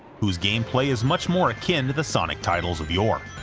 whose gameplay is much more akin to the sonic titles of yore.